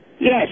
Yes